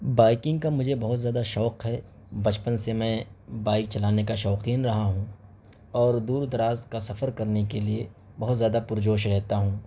biking کا مجھے بہت زیادہ شوق ہے بچپن سے میں بائک چلانے کا شوقین رہا ہوں اور دور دراز کا سفر کرنے کے لیے بہت زیادہ پرجوش رہتا ہوں